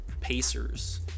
pacers